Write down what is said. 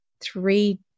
three